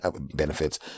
benefits